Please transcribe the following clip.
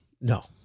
No